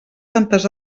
tantes